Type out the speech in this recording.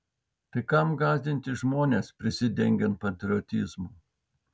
tai kam gąsdinti žmones prisidengiant patriotizmu